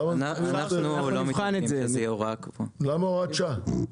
למה הוראת שעה?